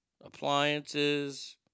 appliances